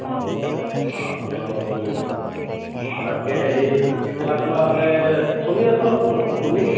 অ' খেল অ' খেলৰ লগত জড়িত তাকেহে এই খেলা ধূলাৰ সৈতে চলি আছোঁ আৰু কোনো ৰকম তুমি